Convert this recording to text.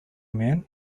men